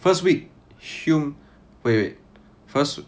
first week hume wait wait first